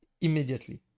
immediately